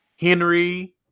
Henry